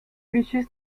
lucius